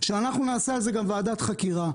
שאנחנו נעשה על זה גם ועדת חקירה,